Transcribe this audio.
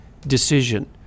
decision